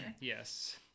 yes